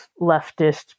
leftist